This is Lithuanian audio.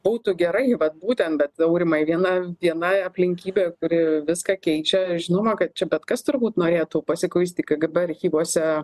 būtų gerai vat būtent bet aurimai viena viena aplinkybė kuri viską keičia žinoma kad čia bet kas turbūt norėtų pasikuisti kgb archyvuose